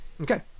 Okay